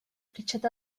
richard